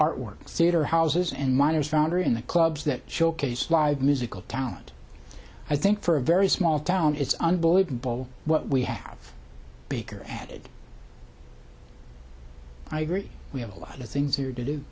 art works theatre houses and minors founder in the clubs that showcase live musical talent i think for a very small town it's unbelievable what we have bigger added i agree we have a lot of things here to do